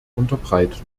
unterbreiten